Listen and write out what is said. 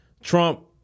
Trump